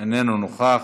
איננו נוכח,